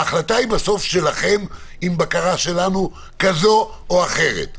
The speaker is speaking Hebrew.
ההחלטה היא בסוף שלכם עם בקרה שלנו כזאת או אחרת,